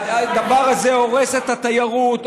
הדבר הזה הורס את התיירות,